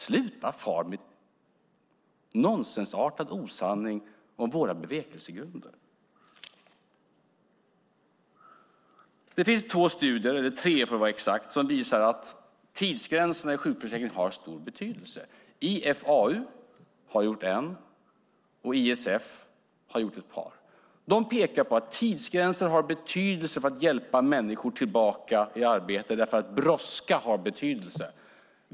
Sluta fara med nonsensartad osanning om våra bevekelsegrunder! Det finns tre studier som visar att tidsgränserna i sjukförsäkringen har stor betydelse. IFAU har gjort en och ISF har gjort ett par. De pekar på att tidsgränser har betydelse för att hjälpa människor tillbaka i arbete därför att brådska har betydelse.